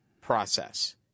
process